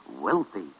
wealthy